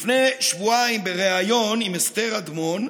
לפני שבועיים, בראיון עם אסתר אדמון,